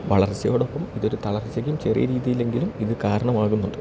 വളർച്ചയോടൊപ്പം ഇതൊരു തളർച്ചയ്ക്കും ചെറിയ രീതിയിൽ എങ്കിലും ഇത് കാരണമാകുന്നുണ്ട്